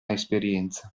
esperienza